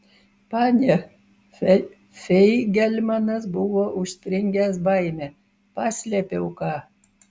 pane feigelmanas buvo užspringęs baime paslėpiau ką